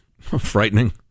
frightening